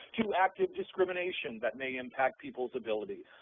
to active discrimination that may impact people's ability.